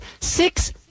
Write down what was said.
six